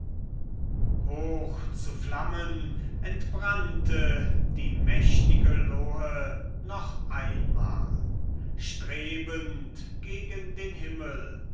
hoch zu flammen entbrannte die mächtige lohe noch einmal strebend gegen den himmel